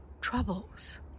troubles